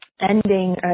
ending